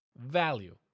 value